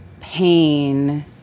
pain